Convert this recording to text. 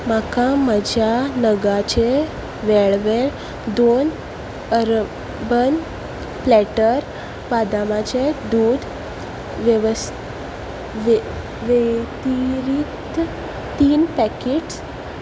म्हाका म्हज्या नगाचे वेळवेळ दोन अर्बन प्लॅटर बदामाचें दूद वेवस् वेतिरीत तीन पॅकेट